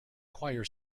choir